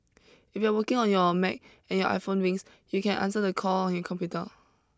if you are working on your Mac and your iPhone rings you can answer the call on your computer